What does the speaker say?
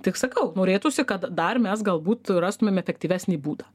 tik sakau norėtųsi kad dar mes galbūt rastume efektyvesnį būdą